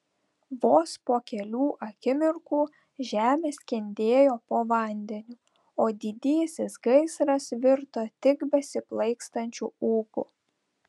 vos po kelių akimirkų žemė skendėjo po vandeniu o didysis gaisras virto tik besiplaikstančiu ūku